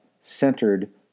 centered